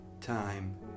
time